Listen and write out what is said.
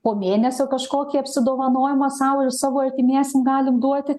po mėnesio kažkokį apsidovanojimą sau ir savo artimiesiem galim duoti